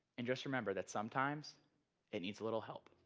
and just remember that sometimes it needs a little help.